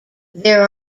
there